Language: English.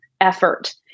effort